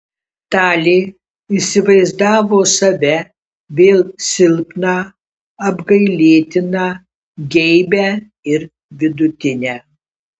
talė įsivaizdavo save vėl silpną apgailėtiną geibią ir vidutinę